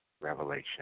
revelation